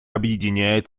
объединяет